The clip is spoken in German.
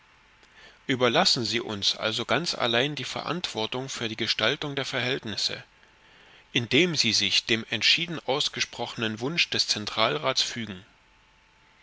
überlassen sie uns also ganz allein die verantwortung für die gestaltung der verhältnisse indem sie sich dem entschieden ausgesprochenen wunsch des zentralrats fügen